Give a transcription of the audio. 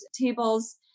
tables